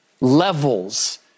levels